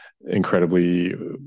incredibly